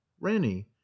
ranny